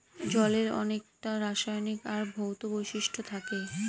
জলের অনেককটা রাসায়নিক আর ভৌত বৈশিষ্ট্য থাকে